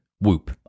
WHOOP